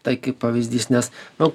tai kaip pavyzdys nes nu